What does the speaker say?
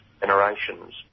generations